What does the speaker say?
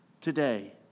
today